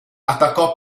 attaccò